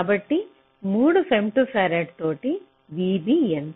కాబట్టి 3 ఫెమ్టోఫరాడ్తో vB ఎంత